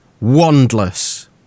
Wandless